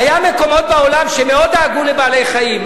היו מקומות בעולם שמאוד דאגו לבעלי-חיים,